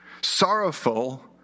sorrowful